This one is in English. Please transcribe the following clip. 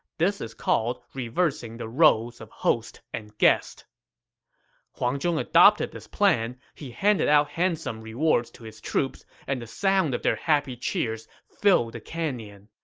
this is called reversing the roles of host and guest huang zhong adopted this plan. he handed out handsome rewards to his troops, and the sounds of their happy cheers filled the canyon.